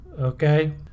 okay